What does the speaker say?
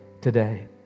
today